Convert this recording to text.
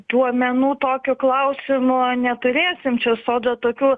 duomenų tokiu klausimu neturėsim čia sodra tokių